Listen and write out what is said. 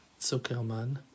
Zuckerman